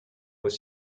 aux